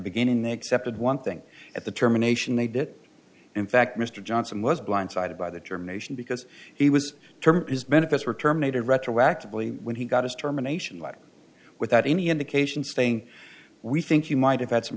beginning they accepted one thing at the terminations they did in fact mr johnson was blindsided by the germination because he was term benefits were terminated retroactively when he got his terminations without any indication saying we think you might have had some